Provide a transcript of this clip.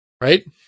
right